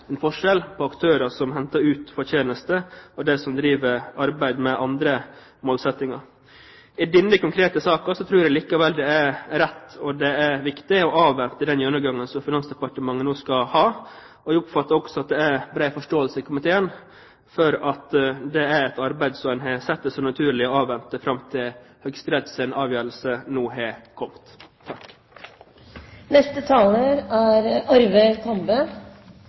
forskjell på aktører som henter ut fortjeneste, og dem som driver arbeid med andre målsettinger. I denne konkrete saken tror jeg likevel det er rett og viktig å avvente den gjennomgangen som Finansdepartementet nå skal ha. Jeg oppfatter det også slik at det er bred forståelse i komiteen for at det er et arbeid som en har sett som naturlig å avvente, fram til Høyesteretts avgjørelse har kommet. Jeg tar opp forslaget fra Fremskrittspartiet, Høyre og Venstre. Kristelig Folkepartis forslag har